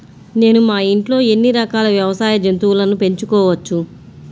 నేను మా ఇంట్లో ఎన్ని రకాల వ్యవసాయ జంతువులను పెంచుకోవచ్చు?